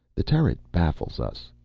the turret baffles us.